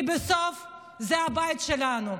כי בסוף זה הבית שלנו,